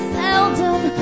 seldom